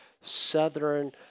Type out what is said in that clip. Southern